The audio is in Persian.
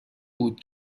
بود